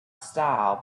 style